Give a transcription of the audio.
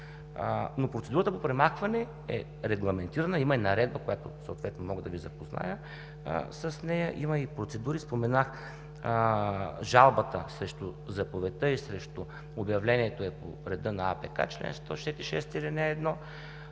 Процедурата по премахване е регламентирана. Има и наредба, с която мога да Ви запозная. Има процедури – споменах жалбата срещу заповедта и срещу обявлението е по реда на АПК, чл. 166, ал. 1.